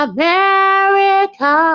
America